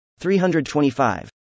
325